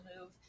move